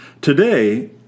Today